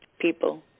people